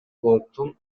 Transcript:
клооптун